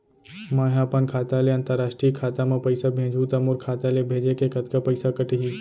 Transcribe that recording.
मै ह अपन खाता ले, अंतरराष्ट्रीय खाता मा पइसा भेजहु त मोर खाता ले, भेजे के कतका पइसा कटही?